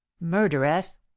murderess